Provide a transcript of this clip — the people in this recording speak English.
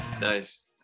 Nice